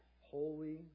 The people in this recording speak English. Holy